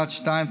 יעד 2,